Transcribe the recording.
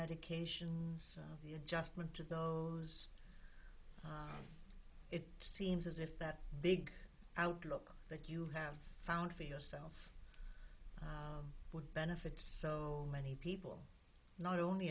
medications the adjustment to those it seems as if that big outlook that you have found for yourself would benefit so many people not only